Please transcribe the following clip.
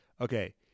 Okay